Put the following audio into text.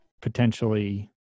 potentially